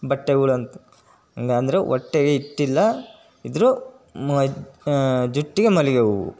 ಬಟ್ಟೆಗಳು ಅಂತ ಹಂಗೆ ಅಂದರೆ ಹೊಟ್ಟೆಗೆ ಹಿಟ್ಟಿಲ್ಲ ಇದ್ದರೂ ಜುಟ್ಟಿಗೆ ಮಲ್ಲಿಗೆ ಹೂವು